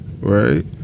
right